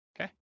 Okay